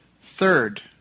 Third